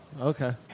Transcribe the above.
okay